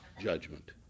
judgment